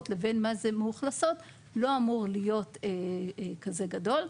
לבין מה זה מאוכלסות לא אמור להיות כזה גדול.